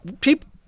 people